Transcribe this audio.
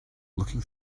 looking